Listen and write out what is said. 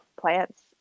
plants